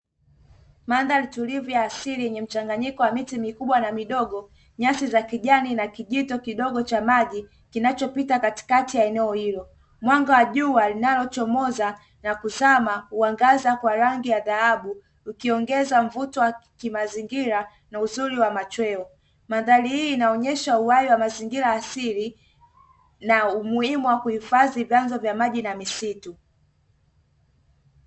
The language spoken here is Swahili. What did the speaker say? Mandhari tulivu ya asili yenye mchanganyiko wa miti mikubwa na midogo, nyasi za kijani na kijito kidogo cha maji kinachopita katikati ya eneo hilo, mwanga wa jua linalochomoza na kuzama, huangaza kwa rangi ya dhahabu ukiongeza mvuto wa kimazingira na uzuri wa machweo, mandhari hii inaonyesha uhai wa mazingira ya asili na umuhimu wa kuhifadhi vyanzo vya maji na misitu.